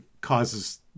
causes